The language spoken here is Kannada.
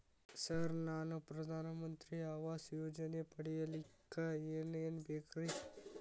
ಸರ್ ನಾನು ಪ್ರಧಾನ ಮಂತ್ರಿ ಆವಾಸ್ ಯೋಜನೆ ಪಡಿಯಲ್ಲಿಕ್ಕ್ ಏನ್ ಏನ್ ಬೇಕ್ರಿ?